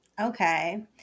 Okay